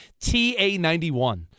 TA91